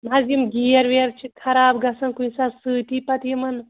نہ حظ یِم گیر ویر چھِ خراب گژھان کُنہِ ساتہٕ سۭتی پَتہٕ یِمن